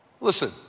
Listen